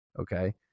Okay